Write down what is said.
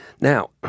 Now